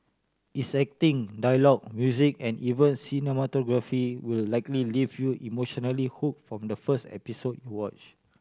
its acting dialogue music and even cinematography will likely leave you emotionally hook from the first episode you watch